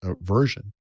version